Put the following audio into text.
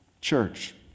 church